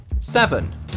Seven